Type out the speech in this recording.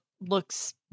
looks